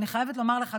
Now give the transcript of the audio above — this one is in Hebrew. אני חייבת לומר לך,